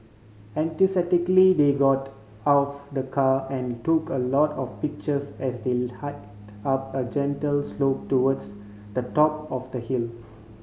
enthusiastically they got of the car and took a lot of pictures as they hiked up a gentle slope towards the top of the hill